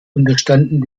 unterstanden